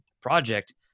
project